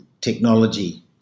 technology